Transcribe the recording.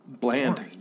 bland